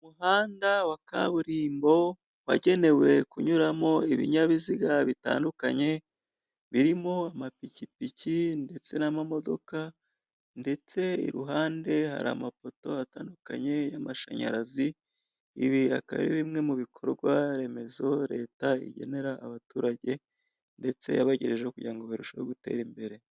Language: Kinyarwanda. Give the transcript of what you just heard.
Umuhanda wa kaburimbo wagenewe kunyuramo ibinyabiziga bitandukanye birimo amapikipiki ndetse n'amamodoka ndetse iruhande hari amapoto atandukanye y'amashanyarazi, ibi akaba ari bimwe mu bikorwa remezo leta igenera abaturage ndetse yabagejejeho kugira ngo barusheho gutera imbere.